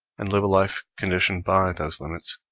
and live a life conditioned by those limits.